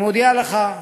אני מודיע לך,